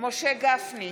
משה גפני,